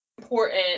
important